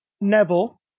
neville